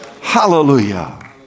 Hallelujah